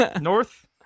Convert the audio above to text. North